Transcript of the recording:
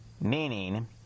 meaning